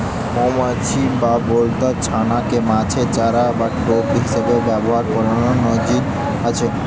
মউমাছি বা বলতার ছানা কে মাছের চারা বা টোপ হিসাবে ব্যাভার কোরার নজির আছে